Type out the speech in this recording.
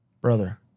Brother